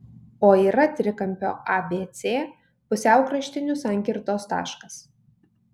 o yra trikampio abc pusiaukraštinių sankirtos taškas